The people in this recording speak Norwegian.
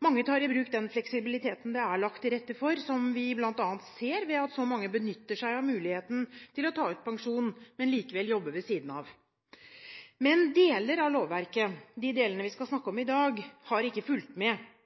Mange tar i bruk den fleksibiliteten det er lagt til rette for, som vi bl.a. ser ved at så mange benytter seg av muligheten til å ta ut pensjon, men likevel jobber ved siden av. Men deler av lovverket – de delene vi skal snakke om i dag – har ikke fulgt med.